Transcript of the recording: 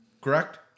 Correct